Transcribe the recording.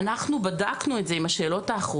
אנחנו בדקנו את זה עם השאלות האחרונות,